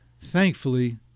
thankfully